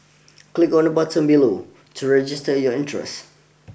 click on the button below to register your interest